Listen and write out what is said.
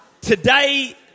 today